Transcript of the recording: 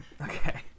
Okay